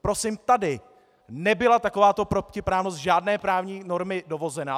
Prosím, tady nebyla takováto protiprávnost žádné právní normy dovozena.